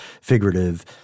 figurative